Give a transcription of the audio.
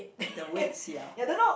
the weight sia